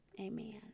Amen